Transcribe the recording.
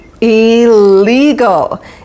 Illegal